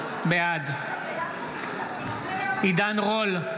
בעד עידן רול,